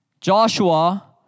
Joshua